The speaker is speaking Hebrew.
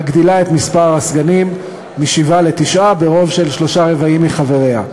מגדילה את מספר הסגנים משבעה לתשעה ברוב של שלושה-רבעים מחבריה.